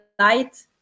Light